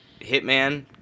hitman